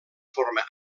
forma